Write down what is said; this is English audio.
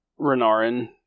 renarin